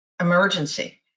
emergency